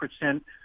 percent